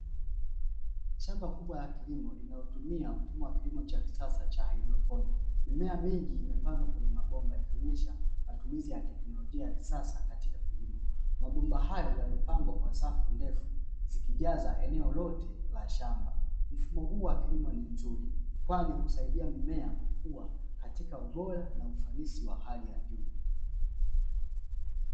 Shamba kubwa la kilimo linalotumia mfumo wa kilimo cha kisasa cha haidroponi, mimea mingi imepandwa kwenye mabomba ikionyesha matumizi ya teknolojia ya kisasa katika kilimo. Mabomba hayo yamepangwa kwa safu ndefu, zikijaza eneo lote la shamba. Mfumo huu wa kilimo ni mzuri, kwani husaidia mimea kukuwa katika ubora na ufanisi wa hali ya juu.